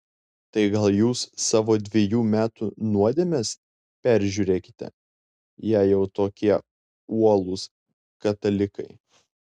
tai gal jūs savo dvejų metų nuodėmes peržiūrėkite jei jau tokie uolūs katalikai